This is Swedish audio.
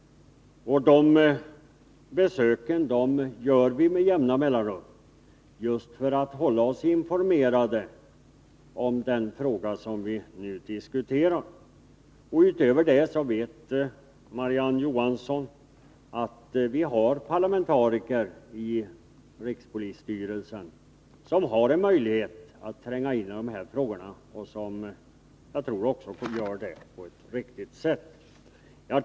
Sådana besök gör vi med jämna mellanrum för att hålla oss informerade i den fråga som vi nu diskuterar. Dessutom vet ju Marie-Ann Johansson att vi har parlamentariker i rikspolisstyrelsen som har en möjlighet att tränga in i de här frågorna. Jag tror att de också gör det på ett riktigt sätt.